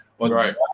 right